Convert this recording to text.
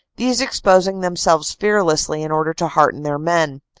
these exposing themselves fearlessly in order to hearten their men.